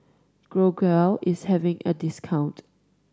Growell is having a discount